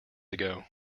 ago